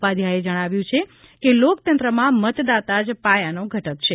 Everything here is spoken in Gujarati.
ઉપાધ્યાયે જણાવ્યું છે કે લોકતંત્રમાં મતદાતા જ પાયાનો ઘટક છે